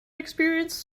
experience